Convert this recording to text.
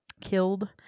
killed